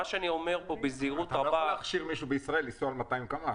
אתה לא יכול להכשיר מישהו בישראל לנסוע ב-200 קמ"ש.